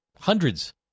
hundreds